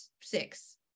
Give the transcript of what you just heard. six